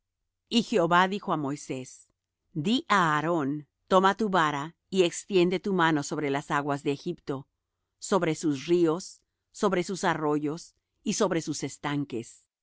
y jehová dijo á moisés di á aarón toma tu vara y extiende tu mano sobre las aguas de egipto sobre sus ríos sobre sus arroyos y sobre sus estanques